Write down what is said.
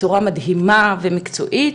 בצורה מדהימה ומקצועית,